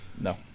No